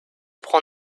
prend